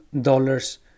dollars